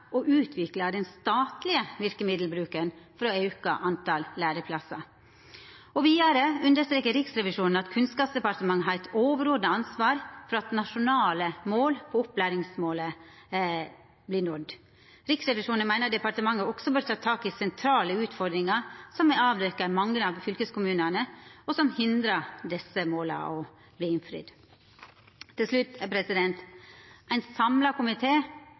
og utvikla den statlege verkemiddelbruken for å auka talet på læreplassar. Vidare understrekar Riksrevisjonen at «Kunnskapsdepartementet har eit overordna ansvar for at nasjonale mål på opplæringsområdet blir nådde». Riksrevisjonen meiner departementet «også bør ta tak i sentrale utfordringar som er avdekte i mange av fylkeskommunane, og som hindrar at desse måla blir innfridd». Til slutt: Ein samla